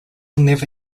never